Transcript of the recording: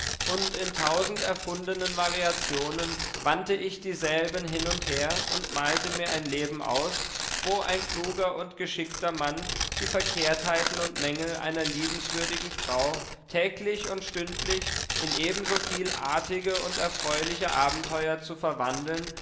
und in tausend erfundenen variationen wandte ich dieselben hin und her und malte mir ein leben aus wo ein kluger und geschickter mann die verkehrtheiten und mängel einer liebenswürdigen frau täglich und stündlich in ebensoviel artige und erfreuliche abenteuer zu verwandeln